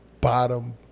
bottom